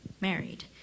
married